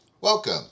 Welcome